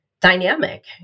dynamic